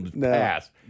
pass